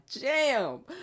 jam